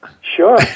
Sure